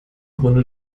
grunde